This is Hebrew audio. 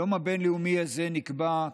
היום הבין-לאומי הזה נקבע,